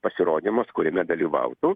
pasirodymas kuriame dalyvautų